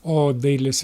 o dailės